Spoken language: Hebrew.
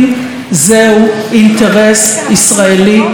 זהו אינטרס ישראלי חיוני.